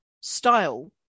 style